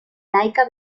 laica